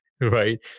right